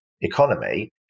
economy